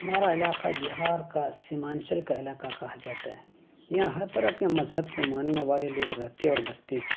ہمارا علاقہ بہار کا سیمانچل کا علاقہ کہا جاتا ہے یہاں ہر طرح کے مذہب کے ماننے والے لوگ رہتے اور بستے ہیں